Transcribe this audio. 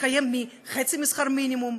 להתקיים מחצי משכר המינימום,